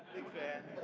big fan.